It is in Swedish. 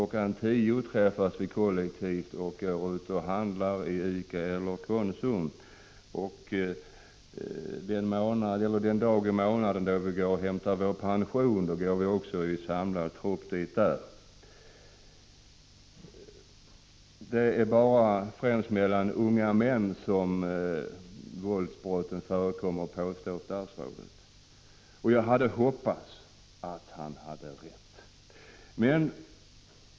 10.00 träffas vi kollektivt och går och handlar i ICA eller Konsum. Den dag i månaden då vi hämtar vår pension går vi också i samlad trupp. Det är främst mellan unga män som våldsbrotten förekommer, påstår statsrådet. Jag hade velat hoppas att han hade rätt.